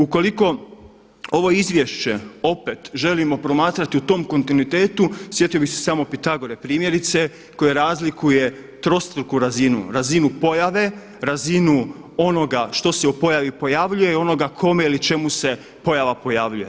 Ukoliko ovo izvješće opet želimo promatrati u tom kontinuitetu sjetio bih se samo Pitagore primjerice, koji razlikuje trostruku razinu, razinu pojave, razinu onoga što se u pojavi pojavljuje, onoga kome ili čemu se pojava pojavljuje.